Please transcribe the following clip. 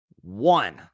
one